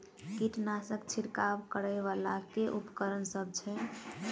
कीटनासक छिरकाब करै वला केँ उपकरण सब छै?